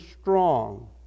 strong